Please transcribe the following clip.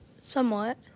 Somewhat